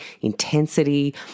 intensity